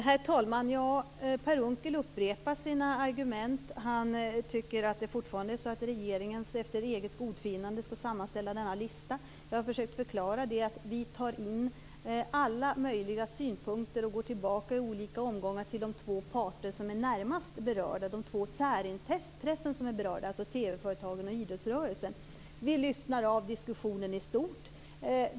Herr talman! Per Unckel upprepar sina argument. Han tycker fortfarande att det är så att regeringen efter eget gottfinnande skall sammanställa denna lista. Jag har försökt förklara att vi tar in alla möjliga synpunkter och går tillbaka i olika omgångar till de två parter, de två särintressen som är närmast berörda, alltså TV-företagen och idrottsrörelsen. Vi lyssnar av diskussionen i stort.